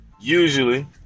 Usually